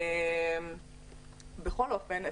בכל אופן,